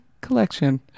collection